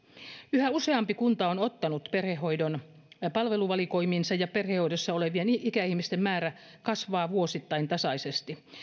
yhä useampi kunta on ottanut perhehoidon palveluvalikoimiinsa ja perhehoidossa olevien ikäihmisten määrä kasvaa vuosittain tasaisesti